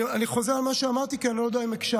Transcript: אני חוזר על מה שאמרתי, כי אני לא יודע אם הקשבת.